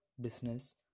business